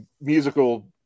musical